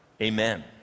Amen